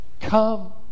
Come